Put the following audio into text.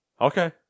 Okay